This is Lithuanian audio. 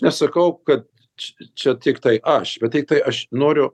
nesakau kad čia tiktai aš bet tiktai aš noriu